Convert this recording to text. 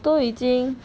都已经